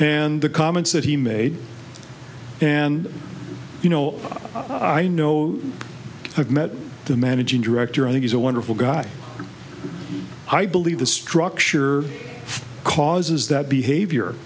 and the comments that he made and you know i know i have met the managing director i think is a wonderful guy i believe the structure causes that behavior